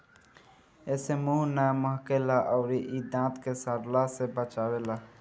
एसे मुंह ना महके ला अउरी इ दांत के सड़ला से बचावेला